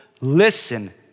Listen